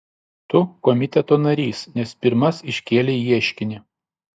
tu komiteto narys nes pirmas iškėlei ieškinį